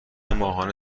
ماهانه